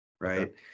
right